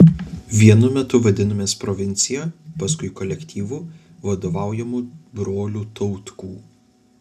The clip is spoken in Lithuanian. vienu metu vadinomės provincija paskui kolektyvu vadovaujamu brolių tautkų